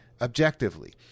objectively